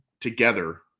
together